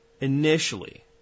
initially